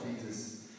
Jesus